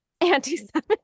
anti-Semitism